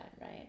right